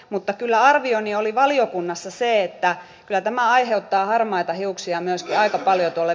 mutta kyllä arvioni oli valiokunnassa se että ja tämä aiheuttaa harmaita hiuksia myöskään kappale ole